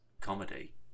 comedy